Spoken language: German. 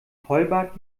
vollbart